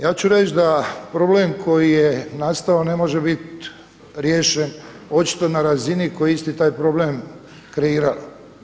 Ja ću reći da problem koji je nastao ne može biti riješen očito na razini koji isti taj problem kreirali.